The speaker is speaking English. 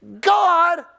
God